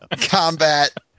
Combat